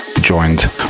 joined